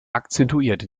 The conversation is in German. akzentuiert